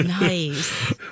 nice